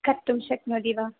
कर्तुं शक्नोति वा